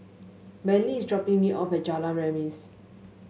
Manley is dropping me off at Jalan Remis